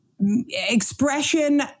expression